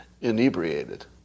inebriated